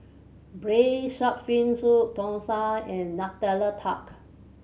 Braised Shark Fin Soup thosai and Nutella Tart